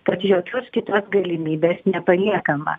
kad jokios kitos galimybės nepaliekama